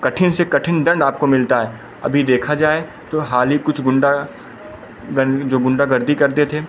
कठिन से कठिन दंड आपको मिलता है अभी देखा जाए तो हाल ही कुछ गुंडा गर्मी जो गुंडागर्दी करते थे